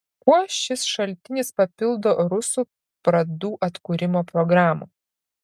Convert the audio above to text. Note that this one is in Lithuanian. kuo šis šaltinis papildo rusų pradų atkūrimo programą